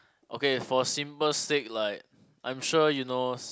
okay for simple sake like I'm sure you know